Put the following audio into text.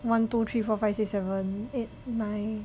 one two three four five six seven eight nine